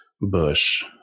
bush